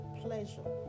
pleasure